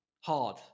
hard